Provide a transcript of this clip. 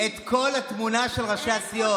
כשהן ראו את התמונה של כל ראשי הסיעות.